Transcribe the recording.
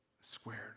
squared